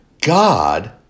God